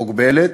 מוגבלת,